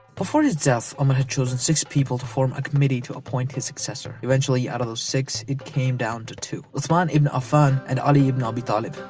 before his death, umar um had chosen six people to form a committee to appoint his successor. eventually, out of those six it came down to two. uthman ibn affan and ali ibn abi talib,